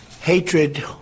Hatred